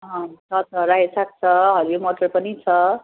अँ छ छ रायो साग छ हरियो मटर पनि छ